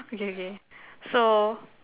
okay okay so